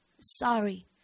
sorry